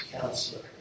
counselor